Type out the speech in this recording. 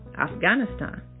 Afghanistan